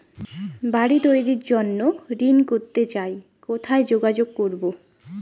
বাড়ি তৈরির জন্য ঋণ করতে চাই কোথায় যোগাযোগ করবো?